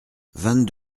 vingt